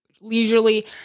leisurely